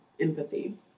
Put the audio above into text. empathy